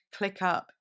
ClickUp